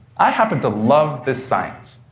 i happen to love this science,